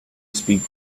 speak